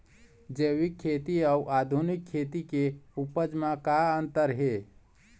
जैविक खेती अउ आधुनिक खेती के उपज म का अंतर हे?